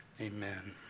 Amen